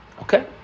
Okay